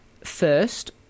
First